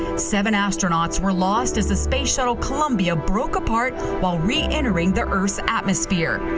seven astronauts were lost as the space shuttle columbia broke apart while re-entering the earth's atmosphere.